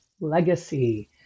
legacy